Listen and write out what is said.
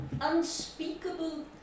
unspeakable